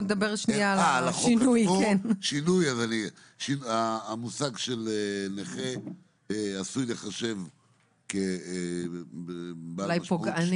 המושג של נכה עשוי להיחשב כבעל משמעות